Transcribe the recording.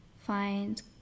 Find